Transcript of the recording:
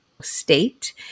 state